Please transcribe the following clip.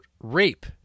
Rape